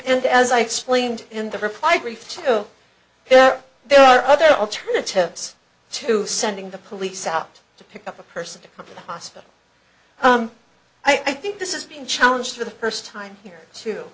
and as i explained in the reply brief to him there are other alternatives to sending the police out to pick up a person to come to hospital i think this is being challenged for the first time here too